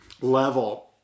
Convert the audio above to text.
level